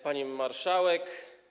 Pani Marszałek!